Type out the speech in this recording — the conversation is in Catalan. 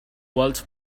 quals